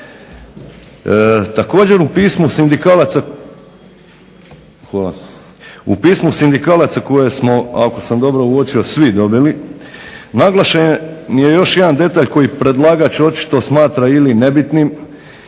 Također u pismu sindikalaca koje smo ako sam dobro uočio svi dobili, naglašen je još jedan detalj koji predlagač očito smatra ili ne bitnim